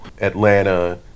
Atlanta